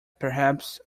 perhaps